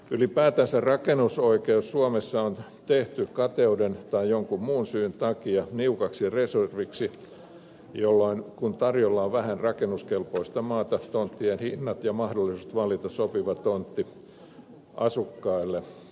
ylipäätänsä rakennusoikeus suomessa on tehty kateuden tai jonkun muun syyn takia niukaksi reserviksi jolloin kun tarjolla on vähän rakennuskelpoista maata tonttien hinnat nousevat ja mahdollisuudet valita sopiva tontti asukkaille heikkenevät